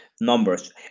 numbers